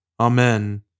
Amen